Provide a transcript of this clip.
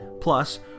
Plus